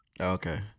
Okay